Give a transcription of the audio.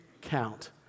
count